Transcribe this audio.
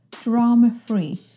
drama-free